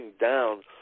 down